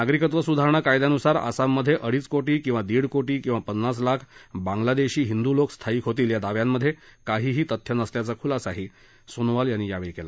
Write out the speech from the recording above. नागरिकत्व सुधारणा कायद्यानुसार आसाम मध्ये अडीच कोटी किंवा दीड कोटी किंवा पन्नास लाख बांग्लादेशी हिंदू लोक स्थायिक होतील या दाव्यांमध्ये काहीही तथ्य नसल्याचा खुलासाही सोनोवाल यांनी यावेळी केला